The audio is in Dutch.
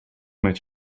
met